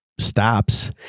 stops